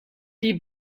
die